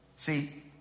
See